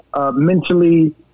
mentally